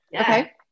Okay